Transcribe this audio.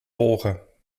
volgen